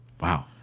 Wow